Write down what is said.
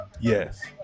yes